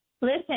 Listen